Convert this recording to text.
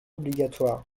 obligatoires